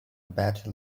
better